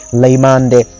leimande